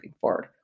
forward